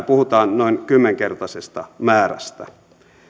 puhutaan noin kymmenkertaisesta määrästä